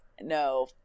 no